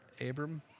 Abram